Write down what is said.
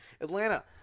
atlanta